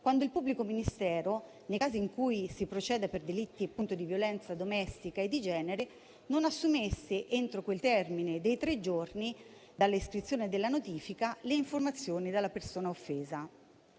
quando il pubblico ministero, nei casi di delitti di violenza domestica e di genere, non assumesse entro il termine dei tre giorni dall'iscrizione della notifica le informazioni dalla persona offesa.